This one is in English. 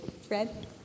Fred